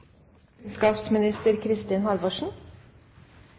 statsråd Kristin Halvorsen,